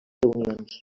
reunions